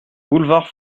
boulevard